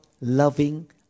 Loving